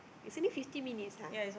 it's only fifty minutes ah